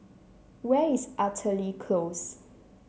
where is Artillery Close